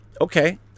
okay